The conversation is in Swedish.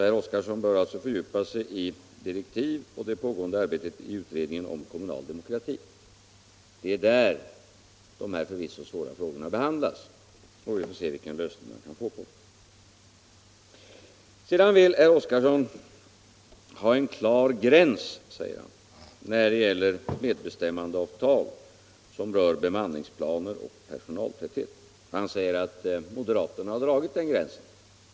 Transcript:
Herr Oskarson bör alltså fördjupa sig i direktiv och det pågående arbetet i utredningen om kommunal demokrati. Det är där dessa förvisso mycket svåra frågor behandlas. Vi får se vilken lösning man kan få på dem. Herr Oskarson vill ha en klar gräns när det gäller medbestämmandeavtal som rör bemanningsplaner och personaltäthet. Herr Oskarson säger att moderaterna har dragit den gränsen.